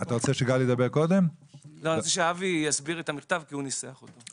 אני רוצה שאבי יסביר את המכתב כי הוא ניסח אותו.